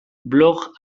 blog